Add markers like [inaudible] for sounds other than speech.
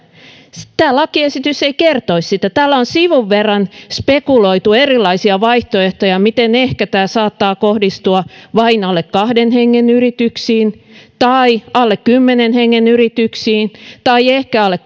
tämä lakiesitys ei kertoisi sitä täällä on sivun verran spekuloitu erilaisia vaihtoehtoja miten tämä saattaa kohdistua ehkä vain alle kahden hengen yrityksiin tai alle kymmenen hengen yrityksiin tai ehkä alle [unintelligible]